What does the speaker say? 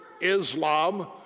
Islam